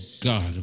God